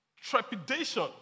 trepidation